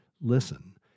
listen